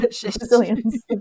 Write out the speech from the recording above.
Brazilians